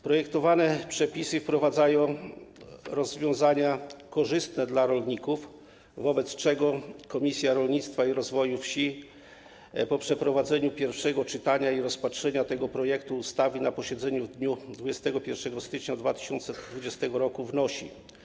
Projektowane przepisy wprowadzają rozwiązania korzystne dla rolników, wobec czego Komisja Rolnictwa i Rozwoju Wsi po przeprowadzeniu pierwszego czytania i rozpatrzeniu tego projektu ustawy na posiedzeniu w dniu 21 stycznia 2020 r. wnosi: